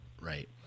Right